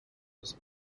was